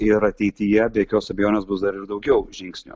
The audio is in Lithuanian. ir ateityje be jokios abejonės bus dar ir daugiau žingsnių